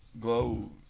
Glow